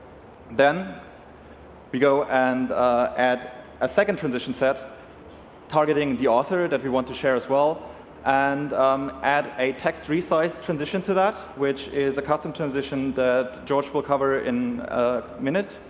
then we go and add a second transition set targeting the author that we want to share as women and add a text resize transition to that which is a custom transition that george will cover in a minute.